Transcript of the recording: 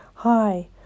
Hi